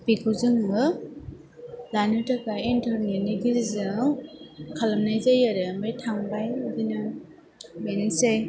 बेखौ जोङो लानो थाखाय इन्टारनेटनि गेजेरजों खालामनाय जायो आरो ओमफ्राय थांबाय बिदिनो बेनोसै